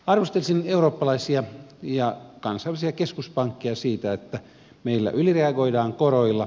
arvostelisin eurooppalaisia ja kansallisia keskuspankkeja siitä että meillä ylireagoidaan koroilla